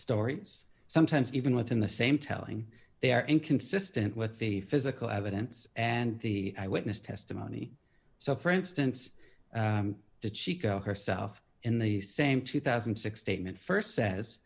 stories sometimes even within the same telling they are inconsistent with the physical evidence and the eyewitness testimony so for instance the chico herself in the same two thousand and six statement st says